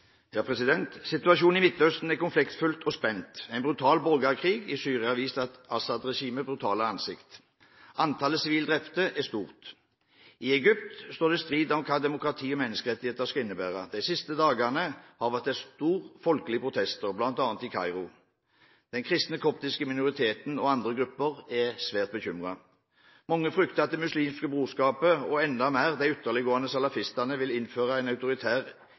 og spent. En brutal borgerkrig i Syria har vist Assad-regimets brutale ansikt. Antallet sivile drepte er stort. I Egypt er det strid om hva demokrati og menneskerettigheter skal innebære. De siste dagene har det vært store folkelige protester, bl.a. i Kairo. Den koptiske kristne minoriteten og andre grupper er svært bekymret. Mange frykter at Det muslimske brorskap – og enda mer de ytterliggående salafistene – vil innføre et autoritært islamistisk samfunnssystem. Kristelig Folkeparti mener at Norge her må ha en